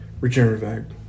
regenerative